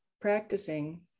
practicing